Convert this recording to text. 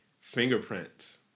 fingerprints